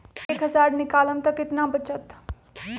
एक हज़ार निकालम त कितना वचत?